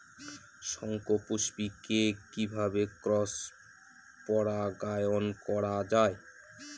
শঙ্খপুষ্পী কে কিভাবে ক্রস পরাগায়ন করা যায়?